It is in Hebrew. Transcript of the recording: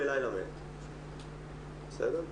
באירועים שהקורונה נכנסה למדינת ישראל,